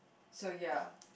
so ya